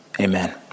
amen